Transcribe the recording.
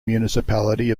municipality